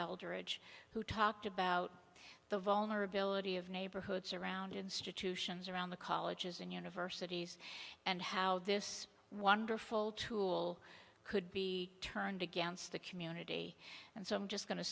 eldridge who talked about the vulnerability of neighborhoods around institutions around the colleges and universities and how this wonderful tool could be turned against the community and so i'm just going to